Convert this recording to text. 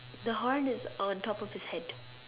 the horn is on top of his head